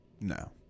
No